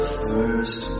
first